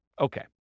Okay